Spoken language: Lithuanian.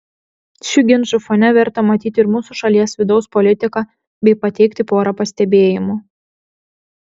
šių ginčų fone verta matyti ir mūsų šalies vidaus politiką bei pateikti porą pastebėjimų